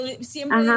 siempre